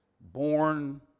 born